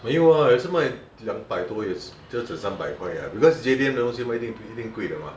没有 ah 也是卖两百多也就值三百块 ah because J_D_M 的东西卖一定贵的 mah